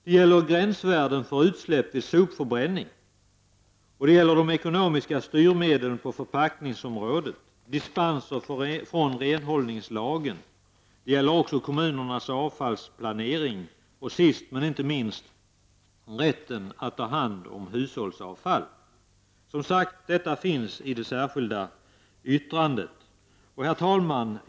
Det gäller även gränsvärden för utsläpp vid sopförbränning, och det gäller de ekonomiska styrmedlen på förpackningsområdet, det gäller dispenser från renhållningslagen. Det gäller också kommunernas avfallsplanering och sist men inte minst gäller det rätten att ta hand om hushållsavfall. Detta finns som sagt i det särskilda yttrandet. Herr talman!